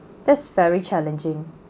that's very challenging